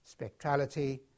spectrality